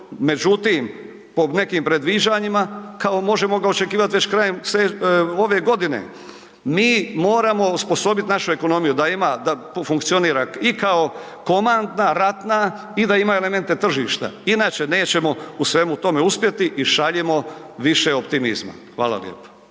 Međutim, po nekim predviđanjima kao možemo ga očekivat već krajem ove godine. Mi moramo osposobiti našu ekonomiju da ima da funkcionira i kao komandna, ratna i da ima elemente tržišta, inače nećemo u svemu tome uspjeti i šaljimo više optimizma. Hvala lijepo.